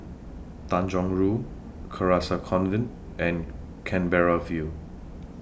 Tanjong Rhu Carcasa Convent and Canberra View